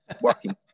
working